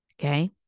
Okay